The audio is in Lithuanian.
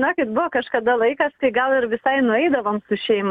žinokit buvo kažkada laikas kai gal ir visai nueidavom su šeima